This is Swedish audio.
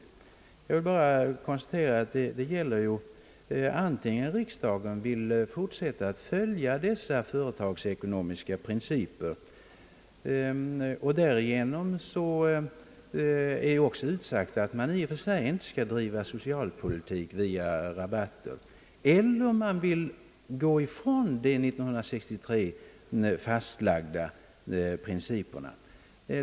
Jag vill bara konstatera att frågan gäller om riksdagen antingen vill fortsätta att följa dessa företagsekonomiska principer, som innebär att man i och för sig inte skall bedriva socialpolitik via rabatter, eller om den vill gå ifrån de år 1963 fastlagda principerna.